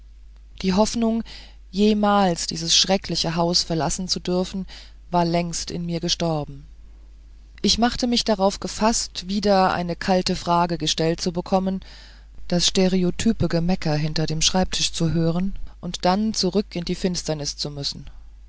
die hoffnung jemals dieses schreckliche haus verlassen zu dürfen war längst in mir gestorben ich machte mich darauf gefaßt wieder eine kalte frage gestellt zu bekommen das stereotype gemecker hinter dem schreibtisch zu hören und dann zurück in die finsternis zu müssen